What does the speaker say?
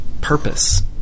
purpose